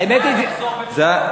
האמת היא, יחזור בתשובה.